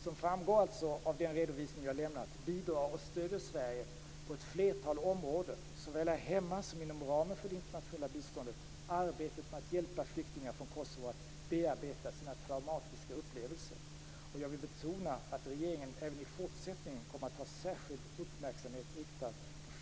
Som framgår av den redovisning jag lämnat bidrar och stöder Sverige på ett flertal områden - såväl här hemma som inom ramen för det internationella biståndet - arbetet med att hjälpa flyktingar från Kosovo att bearbeta sina traumatiska upplevelser. Jag vill betona att regeringen även i fortsättningen kommer att ha särskild uppmärksamhet riktad på flyktingarnas psykosociala hälsa.